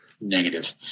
negative